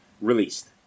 released